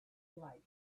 life